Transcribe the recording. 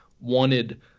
wanted